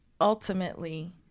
ultimately